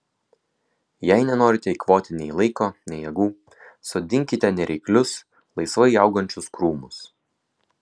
jei nenorite eikvoti nei laiko nei jėgų sodinkite nereiklius laisvai augančius krūmus